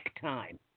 time